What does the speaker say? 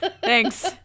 Thanks